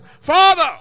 father